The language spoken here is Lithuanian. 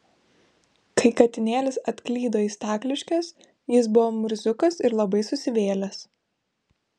kai katinėlis atklydo į stakliškes jis buvo murziukas ir labai susivėlęs